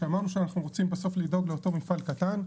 כשאמרנו שאנחנו רוצים בסוף לדאוג לאותו מפעל קטן,